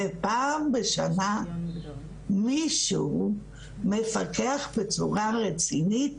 ופעם בשנה מישהו מפקח בצורה רצינית